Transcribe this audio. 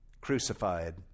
crucified